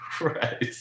Right